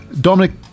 Dominic